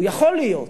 הוא יכול להיות,